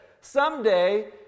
someday